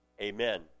amen